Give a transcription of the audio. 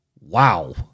Wow